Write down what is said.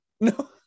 No